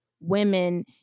women